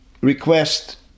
request